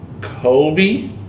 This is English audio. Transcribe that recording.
Kobe